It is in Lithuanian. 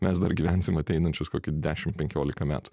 mes dar gyvensime ateinančius kokį dešimt penkiolika metų